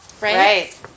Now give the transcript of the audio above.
Right